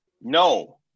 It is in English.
No